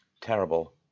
Terrible